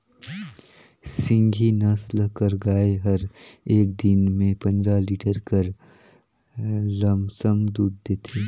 सिंघी नसल कर गाय हर एक दिन में पंदरा लीटर कर लमसम दूद देथे